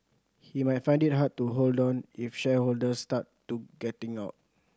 he might find it hard to hold on if shareholders start to getting out